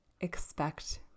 expect